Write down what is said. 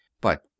But